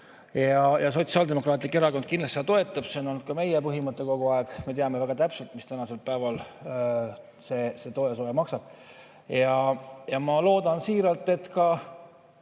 Sotsiaaldemokraatlik Erakond kindlasti seda toetab, see on olnud ka meie põhimõte kogu aeg. Me teame väga täpselt, mis tänasel päeval toasoe maksab. Ja ma loodan siiralt, et ka